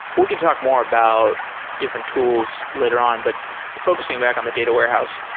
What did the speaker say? we can talk more about different tools later on, but focusing back on the data warehouse,